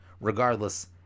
regardless